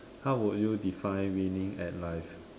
how would you define meaning at life